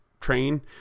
train